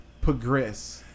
progress